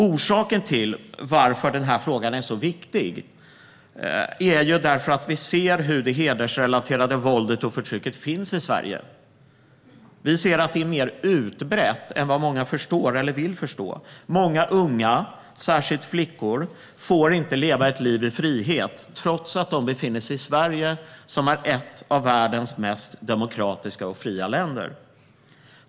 Orsaken till att denna fråga är så viktig är att vi ser att det hedersrelaterade våldet och förtrycket finns i Sverige och är mer utbrett än många förstår eller vill förstå. Många unga, särskilt flickor, får inte leva ett liv i frihet trots att de befinner sig i Sverige, som är ett av världens mest demokratiska och fria länder.